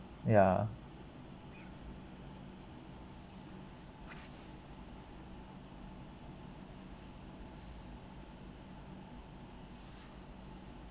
ya